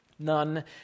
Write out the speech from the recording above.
None